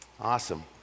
Awesome